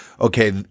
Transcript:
okay